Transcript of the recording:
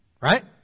right